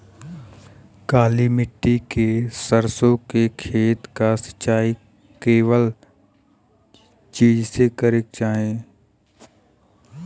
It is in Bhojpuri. काली मिट्टी के सरसों के खेत क सिंचाई कवने चीज़से करेके चाही?